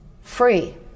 free